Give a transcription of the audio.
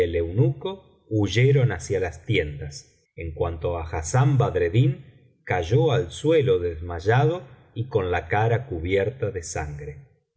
el eunuco huyeron hacia las tiendas en cuanto á hassán badreddin cayó al suelo desmayado y con la cara cubierta de sangre